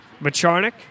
Macharnik